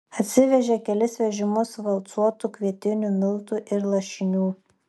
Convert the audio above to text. atsivežė kelis vežimus valcuotų kvietinių miltų ir lašinių